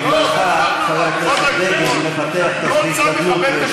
בגללך חבר הכנסת בגין מפתח תסביך גדלות,